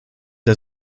der